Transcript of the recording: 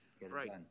Right